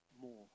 more